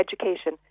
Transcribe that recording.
education